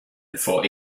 before